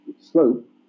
slope